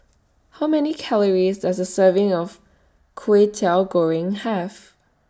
How Many Calories Does A Serving of Kway Teow Goreng Have